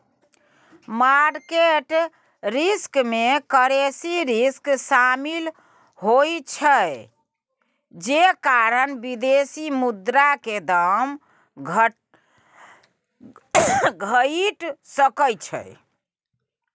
market risk में currency risk शामिल होइ छइ जे कारण विदेशी मुद्रा के दाम घइट सकइ छइ